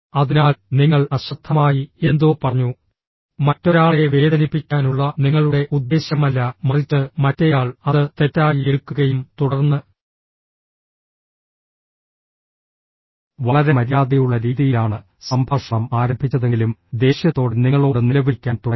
അതിനാൽ നിങ്ങൾ അശ്രദ്ധമായി എന്തോ പറഞ്ഞു മറ്റൊരാളെ വേദനിപ്പിക്കാനുള്ള നിങ്ങളുടെ ഉദ്ദേശ്യമല്ല മറിച്ച് മറ്റേയാൾ അത് തെറ്റായി എടുക്കുകയും തുടർന്ന് വളരെ മര്യാദയുള്ള രീതിയിലാണ് സംഭാഷണം ആരംഭിച്ചതെങ്കിലും ദേഷ്യത്തോടെ നിങ്ങളോട് നിലവിളിക്കാൻ തുടങ്ങി